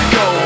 go